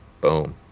Boom